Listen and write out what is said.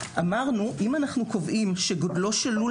אמרנו שאם אנחנו קובעים שגודלו של לול